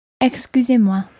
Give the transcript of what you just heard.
Excusez-moi